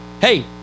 hey